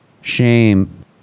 shame